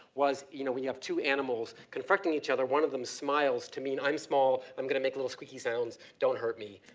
was you know, we have two animals confronting each other. one of the smiles to mean, i'm small. i'm gonna make little squeaking sounds, don't hurt me.